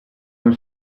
non